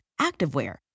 activewear